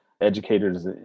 educators